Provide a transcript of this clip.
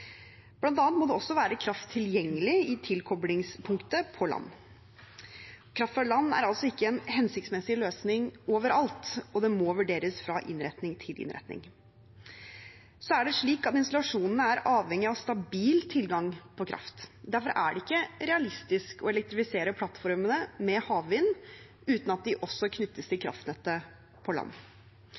Kraft fra land er altså ikke en hensiktsmessig løsning overalt, og det må vurderes fra innretning til innretning. Så er det slik at installasjonene er avhengig av stabil tilgang på kraft. Derfor er det ikke realistisk å elektrifisere plattformene med havvind uten at de også knyttes til kraftnettet på land.